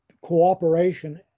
cooperation